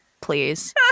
please